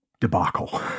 debacle